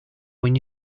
when